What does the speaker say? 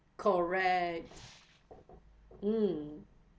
correct mm